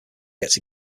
gets